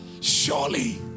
surely